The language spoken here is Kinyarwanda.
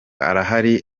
arahari